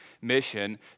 mission